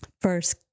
first